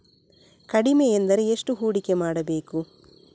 ಕಡಿಮೆ ಎಂದರೆ ಎಷ್ಟು ಹೂಡಿಕೆ ಮಾಡಬೇಕು?